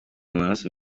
amaraso